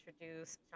introduce